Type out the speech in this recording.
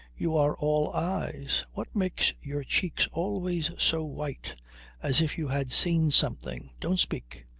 you are all eyes. what makes your cheeks always so white as if you had seen something. don't speak.